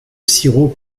sirop